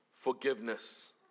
forgiveness